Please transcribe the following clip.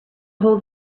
hole